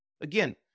Again